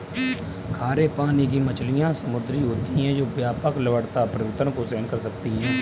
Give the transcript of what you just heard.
खारे पानी की मछलियाँ समुद्री होती हैं जो व्यापक लवणता परिवर्तन को सहन कर सकती हैं